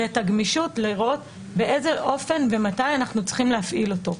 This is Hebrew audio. זה את הגמישות לראות באיזה אופן ומתי אנחנו צריכים להפעיל אותו.